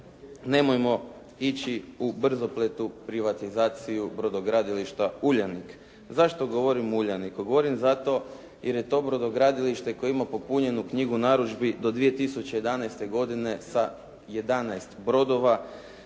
nemojmo ići u brzopletu privatizaciju brodogradilišta Uljanik. Zašto govorim o Uljaniku. Govorim zato jer je to brodogradilište koje ima popunjenu knjigu narudžbi do 2011. godine sa 11 brodova.